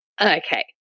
Okay